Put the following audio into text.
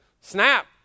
snap